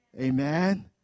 Amen